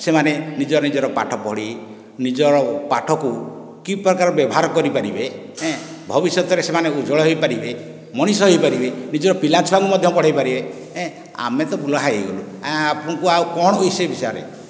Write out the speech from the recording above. ସେମାନେ ନିଜ ନିଜର ପାଠ ପଢ଼ି ନିଜର ପାଠକୁ କି ପ୍ରକାର ବ୍ୟବହାର କରିପାରିବେ ଭବିଷ୍ୟତରେ ସେମାନେ ଉଜ୍ଜ୍ଵଳ ହୋଇପାରିବେ ମଣିଷ ହୋଇପାରିବେ ନିଜର ପିଲା ଛୁଆଙ୍କୁ ମଧ୍ୟ ପଢାଇ ପାରିବେ ଏଁ ଆମେ ତ ବୁଢ଼ା ହୋଇଗଲୁ ଆଜ୍ଞା ଆପଣଙ୍କୁ ଆଉ କଣ ଇ ସେ ବିଷୟରେ